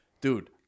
Dude